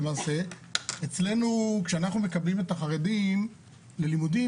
כשאנחנו מקבלים את החרדים ללימודים,